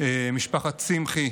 משפחת שמחי